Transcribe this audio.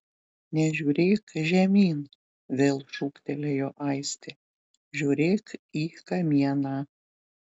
nežiūrėk žemyn vėl šūktelėjo aistė žiūrėk į kamieną